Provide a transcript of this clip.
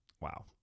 Wow